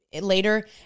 later